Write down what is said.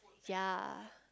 ya